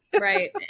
Right